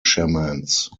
shamans